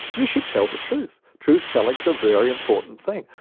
you should tell the truth. truth-telling's a very important thing.